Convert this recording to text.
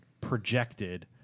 projected